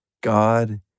God